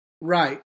Right